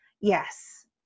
Yes